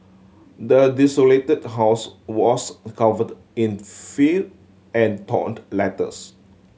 the desolated house was covered in filth and torn letters